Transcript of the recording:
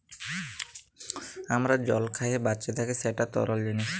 আমরা জল খাঁইয়ে বাঁইচে থ্যাকি যেট তরল জিলিস